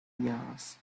yards